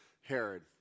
Herod